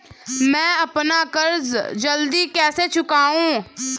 मैं अपना कर्ज जल्दी कैसे चुकाऊं?